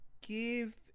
give